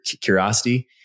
curiosity